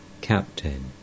Captain